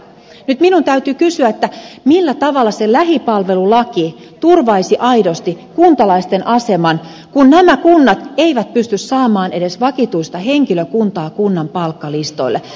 nyt minun täytyy kysyä millä tavalla se lähipalvelulaki turvaisi aidosti kuntalaisten aseman kun nämä kunnat eivät pysty saamaan edes vakituista henkilökuntaa kunnan palkkalistoille